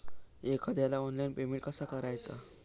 एखाद्याला online payment कसा करायचा?